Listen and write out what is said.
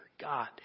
God